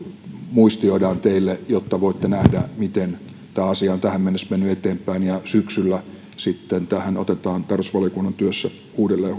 muistioidaan teille jotta voitte nähdä miten tämä asia on tähän mennessä mennyt eteenpäin syksyllä sitten tästä tehdään tarkastusvaliokunnan työssä uudelleen